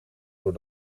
door